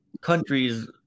countries